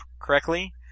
correctly